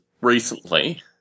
recently